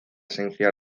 esencia